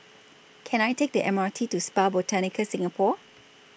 Can I Take The M R T to Spa Botanica Singapore